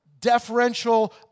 deferential